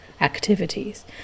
activities